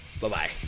Bye-bye